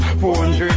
400